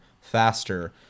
faster